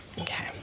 Okay